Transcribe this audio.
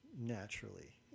naturally